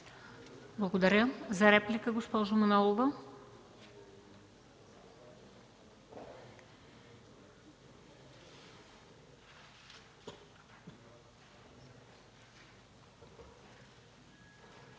Благодаря. За реплика – госпожа Манолова.